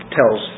tells